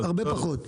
הרבה פחות.